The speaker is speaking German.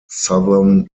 southern